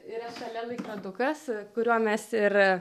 yra šalia laikrodukas kuriuo mes ir